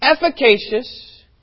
efficacious